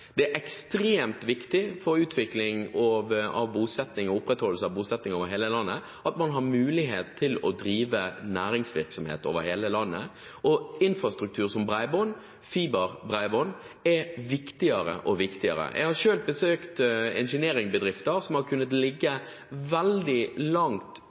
Det er ekstremt viktig for utvikling av bosetning og opprettholdelse av bosetning over hele landet at man har mulighet til å drive næringsvirksomhet over hele landet, og infrastruktur som bredbånd – fiberbredbånd – blir viktigere og viktigere. Jeg har selv besøkt engineering-bedrifter som har kunnet ligge veldig langt